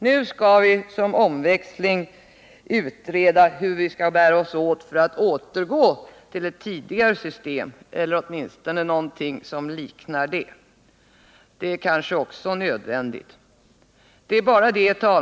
Nu skall vi såsom omväxling utreda hur vi skall bära oss åt för att återgå till ett tidigare system eller åtminstone något som liknar det. Det är kanske nödvändigt.